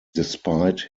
despite